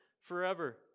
forever